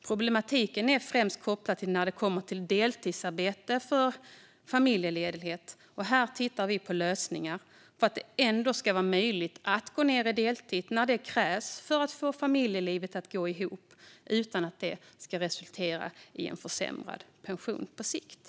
Problematiken är främst kopplad till deltidsarbete i samband med familjeledighet, och här tittar vi på lösningar för att det ändå ska vara möjligt att gå ned på deltid när det krävs för att få familjelivet att gå ihop, utan att detta resulterar i en sämre pension på sikt.